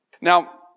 Now